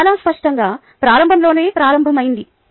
చాలా స్పష్టంగా ప్రారంభంలోనే ప్రారంభమైంది